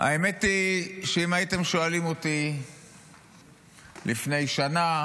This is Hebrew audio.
האמת היא שאם הייתם שואלים אותי לפני שנה